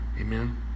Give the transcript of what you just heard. Amen